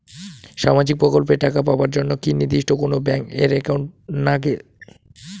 সামাজিক প্রকল্পের টাকা পাবার জন্যে কি নির্দিষ্ট কোনো ব্যাংক এর একাউন্ট লাগে?